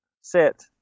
sit